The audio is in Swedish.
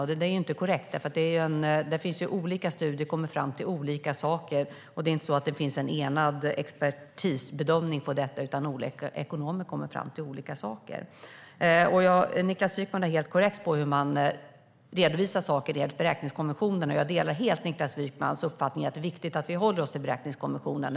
Det där är inte korrekt, för det finns olika studier som kommer fram till olika saker. Det är inte så att det finns en enig expertisbedömning av detta, utan olika ekonomer kommer fram till olika saker. Niklas Wykman har helt rätt när det gäller hur man redovisar saker enligt beräkningskonventionen, och jag delar helt Niklas Wykmans uppfattning att det är viktigt att vi håller oss till beräkningskonventionen.